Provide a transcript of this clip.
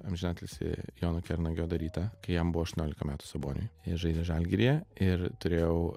amžinatilsį jono kernagio darytą kai jam buvo aštuoniolika metų saboniui jis žaidė žalgiryje ir turėjau